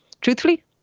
Truthfully